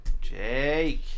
Jake